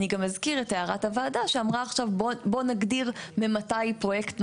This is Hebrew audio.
אני גם אזכיר את הערת הוועדה שאמרה עכשיו בואו נגדיר ממתי פרויקט נולד,